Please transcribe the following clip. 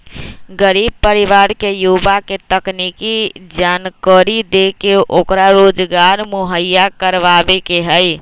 गरीब परिवार के युवा के तकनीकी जानकरी देके ओकरा रोजगार मुहैया करवावे के हई